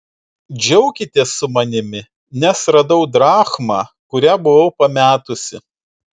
džiaukitės su manimi nes radau drachmą kurią buvau pametusi